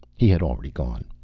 he had already gone.